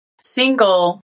single